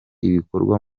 ibikorwa